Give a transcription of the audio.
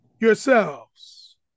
yourselves